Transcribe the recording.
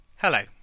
Hello